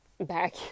back